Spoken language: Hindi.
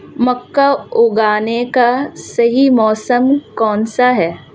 मक्का उगाने का सही मौसम कौनसा है?